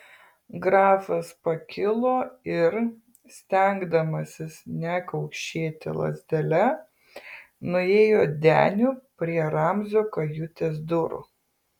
grafas pakilo ir stengdamasis nekaukšėti lazdele nuėjo deniu prie ramzio kajutės durų